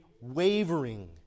wavering